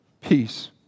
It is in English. peace